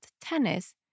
tennis